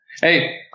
hey